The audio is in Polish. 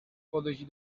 podejść